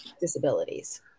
disabilities